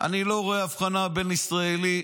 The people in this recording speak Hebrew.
בין ישראלי,